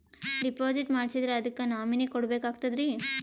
Deposit ಮಾಡ್ಸಿದ್ರ ಅದಕ್ಕ nominee ಕೊಡಬೇಕಾಗ್ತದ್ರಿ?